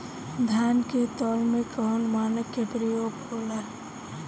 धान के तौल में कवन मानक के प्रयोग हो ला?